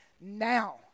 now